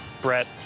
Brett